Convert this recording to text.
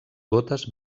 gotes